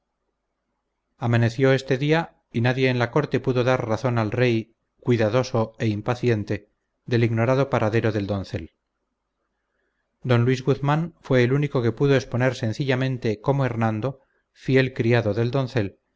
amaneció este día y nadie en la corte pudo dar razón al rey cuidadoso e impaciente del ignorado paradero del doncel don luis guzmán fue el único que pudo exponer sencillamente cómo hernando fiel criado del doncel